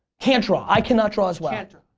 can't draw. i cannot draw as well. can't draw.